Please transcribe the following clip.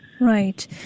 Right